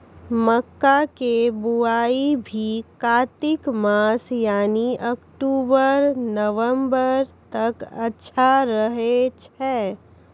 मक्का के बुआई भी कातिक मास यानी अक्टूबर नवंबर तक अच्छा रहय छै